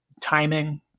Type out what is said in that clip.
timing